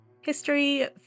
history